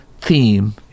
theme